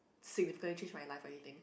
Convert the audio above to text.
significantly change my life or anything